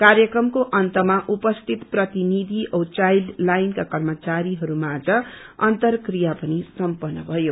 कार्यक्रमको अन्तमा उपस्थित प्रतिनिधि औ चालइडलाइनका कर्मचारीहरूमाझ अन्तक्रिया पनि सम्पन्न भयो